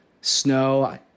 snow